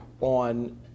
on